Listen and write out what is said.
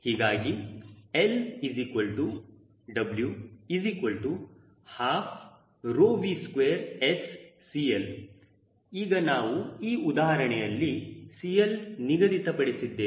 ಹೀಗಾಗಿ LW12V2SCL ಈಗ ನಾವು ಈ ಉದಾಹರಣೆಯಲ್ಲಿ CL ನಿಗದಿತ ಪಡಿಸಿದ್ದೇವೆ